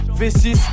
v6